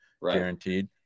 Guaranteed